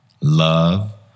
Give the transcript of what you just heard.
love